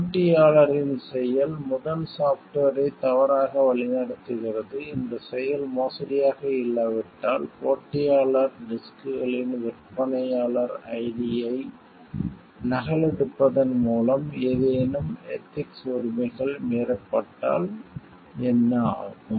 போட்டியாளரின் செயல் முதல் சாஃப்ட்வேரை தவறாக வழிநடத்துகிறது இந்த செயல் மோசடியாக இல்லாவிட்டால் போட்டியாளர் டிஸ்க்களின் விற்பனையாளர் ஐடியை நகலெடுப்பதன் மூலம் ஏதேனும் எதிக்ஸ் உரிமைகள் மீறப்பட்டால் என்ன ஆகும்